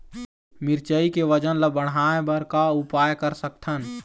मिरचई के वजन ला बढ़ाएं बर का उपाय कर सकथन?